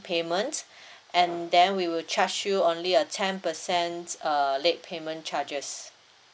payment and then we will charge you only a ten percent uh late payment charges